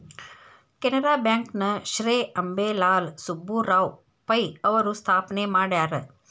Canara bank ನ ಶ್ರೇ ಅಂಬೇಲಾಲ್ ಸುಬ್ಬರಾವ್ ಪೈ ಅವರು ಸ್ಥಾಪನೆ ಮಾಡ್ಯಾರ